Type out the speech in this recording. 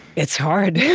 it's hard.